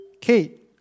Kate